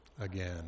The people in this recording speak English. again